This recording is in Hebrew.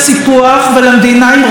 כי לשם אתה מוביל אותנו,